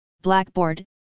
Blackboard